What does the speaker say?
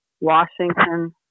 Washington